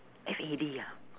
F A D ah